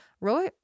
Roy